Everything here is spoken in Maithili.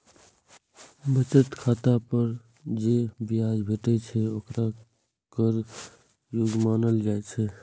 बचत खाता पर जे ब्याज भेटै छै, ओकरा कर योग्य मानल जाइ छै